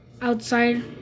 outside